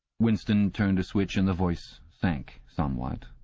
winston turned a switch and the voice sank somewhat,